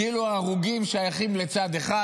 כאילו ההרוגים שייכים לצד אחד,